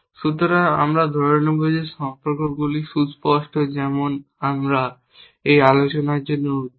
সুতরাং আমরা ধরে নেব যে সম্পর্কগুলি সুস্পষ্ট যেভাবে আমরা এই আলোচনার জন্য উদ্বিগ্ন